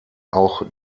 auch